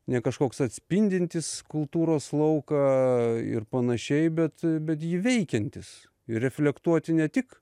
ne kažkoks atspindintis kultūros lauką ir panašiai bet bet jį veikiantis reflektuoti ne tik